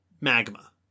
magma